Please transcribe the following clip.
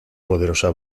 poderosa